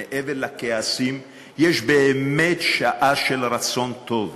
מעבר לכעסים, יש באמת שעה של רצון טוב,